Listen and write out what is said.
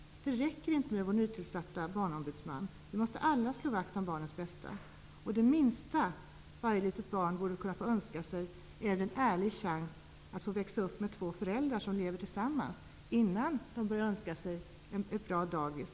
Det räcker inte med vår nytillsatta Barnombudsman. Vi måste alla slå vakt om barnens bästa. Det minsta varje litet barn borde kunna få önska sig är en ärlig chans att få växa upp med två föräldrar som lever tillsammans, innan det börjar önska sig ett bra dagis.